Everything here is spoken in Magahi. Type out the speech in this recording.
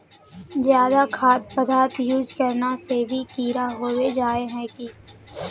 ज्यादा खाद पदार्थ यूज करना से भी कीड़ा होबे जाए है की?